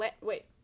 wait